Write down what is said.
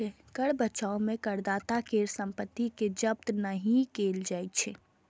कर बचाव मे करदाता केर संपत्ति कें जब्त नहि कैल जाइ छै